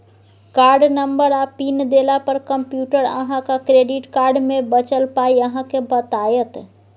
card number आ PIN देला पर कंप्यूटर अहाँक क्रेडिट कार्ड मे बचल पाइ अहाँ केँ बताएत